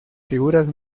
figuras